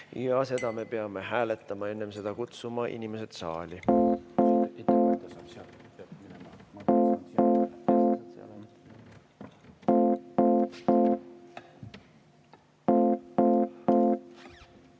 Ja seda me peame hääletama. Enne seda kutsume inimesed saali. Head